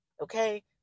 okay